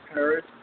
Paris